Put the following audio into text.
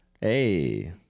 hey